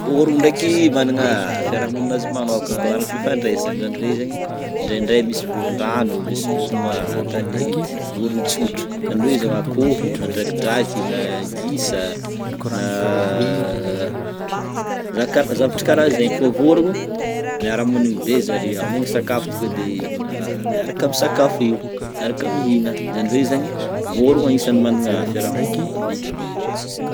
Ny vorogno ndreky managna ny fiarahamonina azy manokagna koa, managna fifandraisany zany hoe zany indrendre misy vorondrano vorgno tanety voron-tsotra zany hoe akoho na drakidraky na gisa na zavatra karahanzegny fa vorogno, miaramonogno bé zare ao amena sakafo de miara misakafo eo, miaraka mihinana zany hoe zany ny vorogna agnisan'ny managna ny fiarahamonina maventy koa.